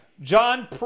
John